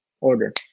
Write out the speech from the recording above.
order